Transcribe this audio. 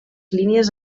línies